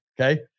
Okay